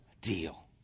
deal